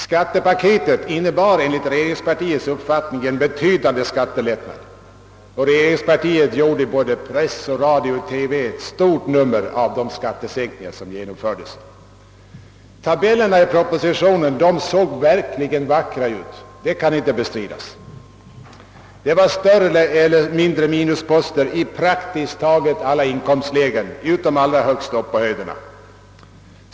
Skattepaketet innebar enligt regeringspartiets uppfattning en betydande skattelättnad, och regeringen gjorde stort nummer av den. Tabellerna i propositionen såg verkligen vackra ut, det kan inte bestridas. Det var större eller mindre minusposter i praktiskt taget alla inkomstlägen utom allra högst uppe på höjderna.